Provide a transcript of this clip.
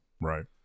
Right